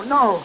no